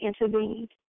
intervened